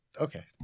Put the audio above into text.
okay